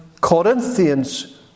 Corinthians